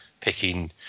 picking